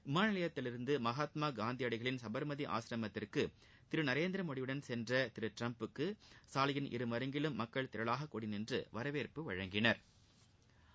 விமான நிலையத்திலிருந்து மகாத்மா காந்தியடிகளின் சுபாமதி ஆசிரமத்திற்கு திரு நரேந்திரமோடி யுடன் சென்ற திரு ட்ரம்புக்கு சாலையின் இருமருங்கிலும் மக்கள் திரளாக கூடிநின்று வரவேற்றனா்